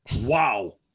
Wow